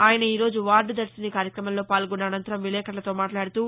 ఆయన ఈరోజు వార్దు దర్శిని కార్యక్రమంలో పాల్గొన్న అనంతరం విలేఖరులతో మాట్లాదుతూ